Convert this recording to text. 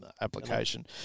application